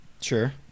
Sure